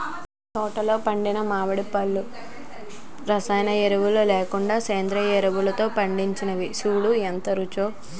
తోటలో పండిన మావిడి పళ్ళు రసాయనాలు లేకుండా సేంద్రియ ఎరువులతో పెంచినవి సూడూ ఎంత రుచో